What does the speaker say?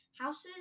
houses